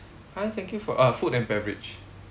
hi thank you for uh food and beverage